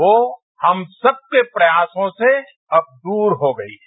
वो हम सब के प्रयासों से अब दूर हो गई है